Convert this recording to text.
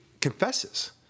confesses